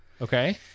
Okay